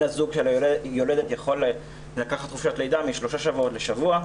הזוג של היולדת יכול לקחת חופשת לידה משלושה שבועות לשבוע.